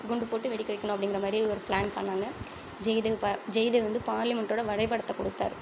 குண்டு போட்டு வெடிக்க வைக்கணும் அப்படிங்கிற மாதிரி ஒரு ப்ளான் பண்ணாங்கள் ஜெயதேவ் பா ஜெயதேவ் வந்து பார்லிமெண்ட்டோட வரைபடத்தைக் கொடுத்தாரு